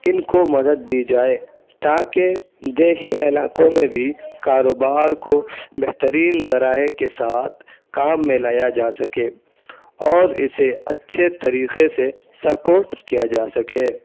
ان کو مدد دی جائے تاکہ دیہی علاقوں میں بھی کاروبار کو بہترین ذرائع کے ساتھ کام میں لایا جا سکے اور اسے اچھے طریقے سے سپورٹ کیا جا سکے